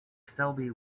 selby